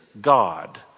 God